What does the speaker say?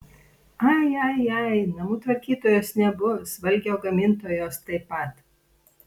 ai ai ai namų tvarkytojos nebus valgio gamintojos taip pat